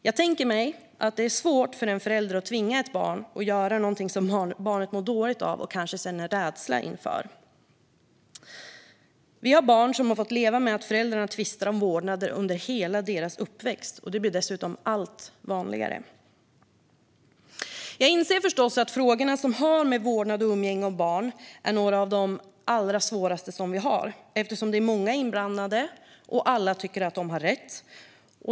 Jag tänker mig att det är svårt för en förälder att tvinga ett barn att göra någonting som barnet mår dåligt av och kanske känner rädsla inför. Vi har barn som har fått leva med att föräldrarna tvistar om vårdnaden under hela deras uppväxt, och detta blir dessutom allt vanligare. Jag inser förstås att frågor som har att göra med vårdnad om och umgänge med barn är några av de allra svåraste som vi har, eftersom det är många inblandade och alla tycker att de har rätt.